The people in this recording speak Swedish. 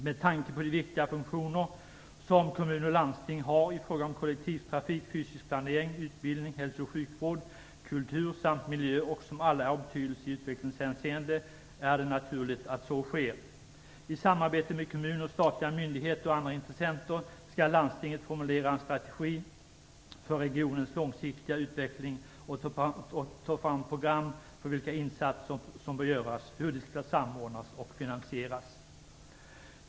Med tanke på de viktiga funktioner som kommuner och landsting har i fråga om kollektivtrafik, fysisk planering, utbildning, hälso och sjukvård, kultur samt miljö som alla är av betydelse i utvecklingshänseende är det naturligt att så sker. I samarbete med kommuner, statliga myndigheter och andra intressenter skall landstinget formulera en strategi för regionens långsiktiga utveckling och ta fram program för vilka insatser som bör göras, hur de skall samordnas och finansieras.